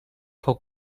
fou